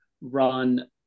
run